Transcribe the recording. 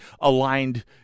aligned